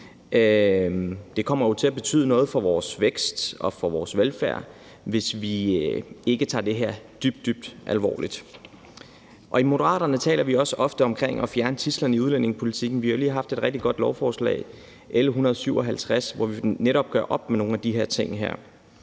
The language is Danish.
Det kommer jo til at betyde noget for vores vækst og for vores velfærd, hvis vi ikke tager det her dybt, dybt alvorligt. I Moderaterne taler vi også ofte om at fjerne tidsler i udlændingepolitikken. Vi har jo lige haft et rigtig godt lovforslag, L 157, hvor vi netop gør op med nogle ting her.